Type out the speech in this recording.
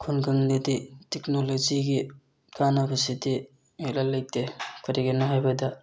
ꯈꯨꯡꯒꯪꯗꯗꯤ ꯇꯦꯛꯅꯣꯂꯣꯖꯤꯒꯤ ꯀꯥꯟꯅꯕꯁꯤꯗꯤ ꯏꯔꯩ ꯂꯩꯇꯦ ꯀꯔꯤꯒꯤꯅꯣ ꯍꯥꯏꯕꯗ